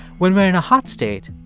when we're in a hot state,